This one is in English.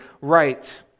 right